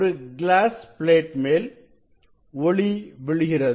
ஒரு glass plate மேல் ஒளி விழுகிறது